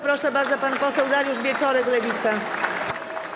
Proszę bardzo, pan poseł Dariusz Wieczorek, Lewica.